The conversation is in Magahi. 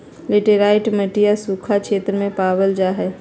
लेटराइट मटिया सूखा क्षेत्र में पावल जाहई